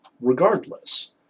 regardless